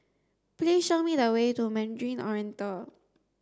please show me the way to Mandarin Oriental